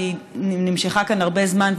שנמשך כאן הרבה זמן,